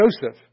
Joseph